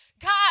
God